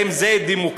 האם זה דמוקרטי?